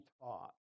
taught